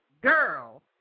Girl